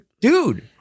dude